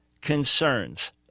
concerns